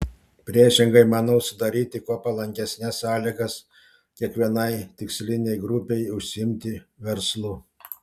priešingai manau sudaryti kuo palankesnes sąlygas kiekvienai tikslinei grupei užsiimti verslu